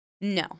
No